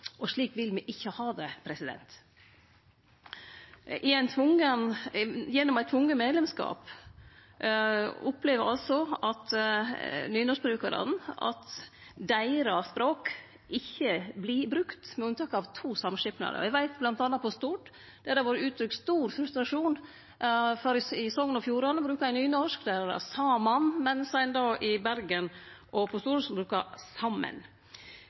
bokmål. Slik vil me ikkje ha det. Gjennom ein tvungen medlemskap opplever altså nynorskbrukarane at språket deira ikkje vert brukt, med unntak av to samskipnader. Eg veit at det bl.a. på Stord har vore uttrykt stor frustrasjon, for i Sogn og Fjordane brukar ein nynorsk, der heiter samskipnaden i vest «Saman», mens ein i Bergen og på